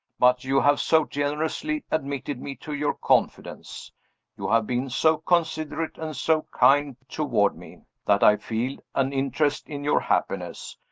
but you have so generously admitted me to your confidence you have been so considerate and so kind toward me that i feel an interest in your happiness,